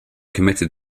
committed